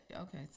Okay